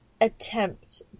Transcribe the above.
attempt